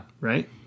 Right